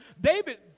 David